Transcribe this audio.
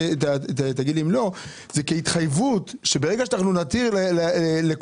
תגיד לי אם לא כהתחייבות שברגע שאנחנו נתיר לכולם,